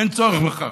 אין צורך בכך.